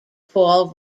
paul